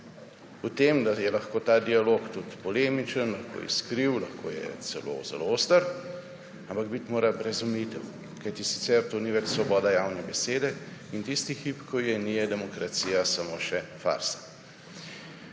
v tem, da je lahko ta dialog tudi polemičen, lahko je iskriv, lahko je celo zelo oster, ampak biti mora brez omejitev, kajti sicer to ni več svoboda javne besede. In tisti hip, ko je ni, je demokracija samo še farsa.